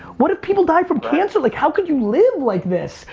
what if people die from cancer, like how could you live like this?